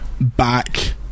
back